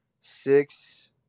six